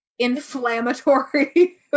inflammatory